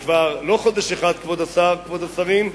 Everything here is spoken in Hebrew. כבוד השרים,